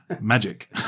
Magic